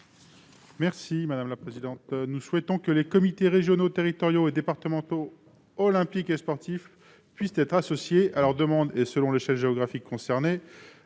M. Thomas Dossus. Nous souhaitons que les comités régionaux, territoriaux et départementaux olympiques et sportifs puissent être associés, à leur demande et selon l'échelle géographique pertinente,